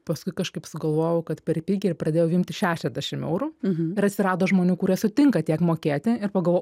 paskui kažkaip sugalvojau kad per pigiai ir pradėjau imti šešiasdešim eurų ir atsirado žmonių kurie sutinka tiek mokėti ir pagalvojau